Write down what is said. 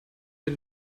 mit